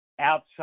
outside